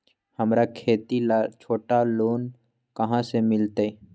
हमरा खेती ला छोटा लोने कहाँ से मिलतै?